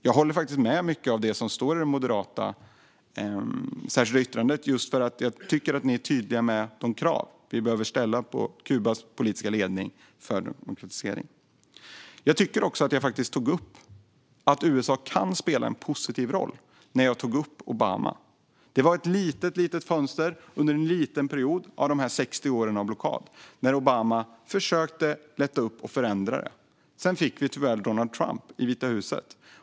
Jag håller faktiskt med om mycket av det som står i Moderaternas särskilda yttrande, just för att ni är tydliga med de krav på demokratisering som behöver ställas på Kubas politiska ledning. Jag tycker också att jag tog upp att USA kan spela en positiv roll, när jag tog upp Obama. Det var ett väldigt litet fönster under en liten period av den 60 år långa blockaden när Obama försökte lätta upp och förändra det. Sedan fick vi tyvärr Donald Trump i Vita huset.